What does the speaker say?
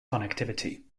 connectivity